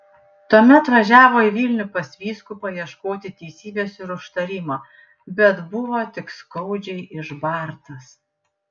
tuomet važiavo į vilnių pas vyskupą ieškoti teisybės ir užtarimo bet buvo tik skaudžiai išbartas